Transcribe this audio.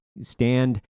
stand